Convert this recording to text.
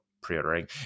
pre-ordering